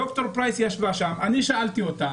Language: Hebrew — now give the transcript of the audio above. דוקטור פרייס ישבה כאן ואני שאלתי אותה